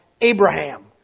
Abraham